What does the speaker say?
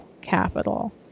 capital